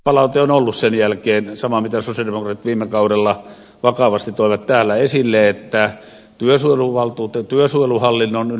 kenttäpalaute on ollut sen jälkeen sama minkä sosialidemokraatit viime kaudella vakavasti toivat täällä esille että työsuojeluhallinnon ynnä muuta